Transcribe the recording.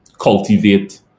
cultivate